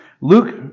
Luke